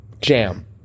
Jam